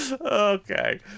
Okay